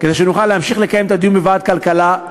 כדי שנוכל להמשיך לקיים את הדיון בוועדת הכלכלה.